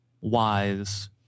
wise